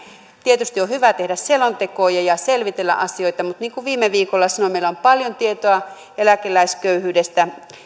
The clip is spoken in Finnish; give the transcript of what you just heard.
tietysti on hyvä tehdä selontekoja ja selvitellä asioita mutta niin kuin viime viikolla sanoin kun meillä on paljon tietoa eläkeläisköyhyydestä ja